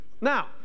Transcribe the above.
Now